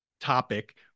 topic